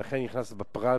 לכן אני נכנס לפרט,